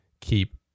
Keep